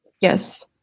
Yes